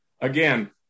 Again